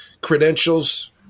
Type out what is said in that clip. credentials